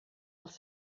els